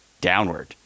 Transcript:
downward